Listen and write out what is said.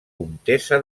comtessa